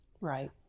Right